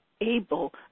able